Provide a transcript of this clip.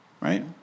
Right